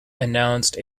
announced